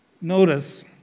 Notice